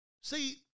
See